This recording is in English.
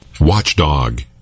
Watchdog